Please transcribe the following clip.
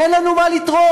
אין לנו מה לתרום,